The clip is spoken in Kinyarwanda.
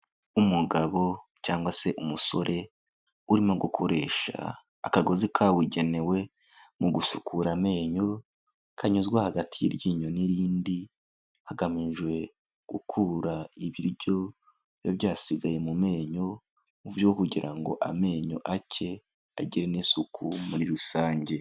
Umugabo cyangwa se umusore urimo gukoresha akagozi kabugenewe mu gusukura amenyo, kanyuzwa hagati y'iryinyo n'irindi hagamijwe gukura ibiryo biba byasigaye mu menyo, mu byo kugira ngo amenyo ake agire n'isuku muri rusange.